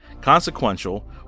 consequential